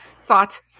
thought